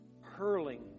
hurling